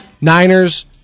Niners